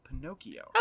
Pinocchio